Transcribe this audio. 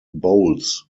bowls